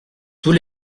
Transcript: tous